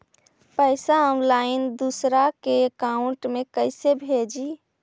पैसा ऑनलाइन दूसरा के अकाउंट में कैसे भेजी?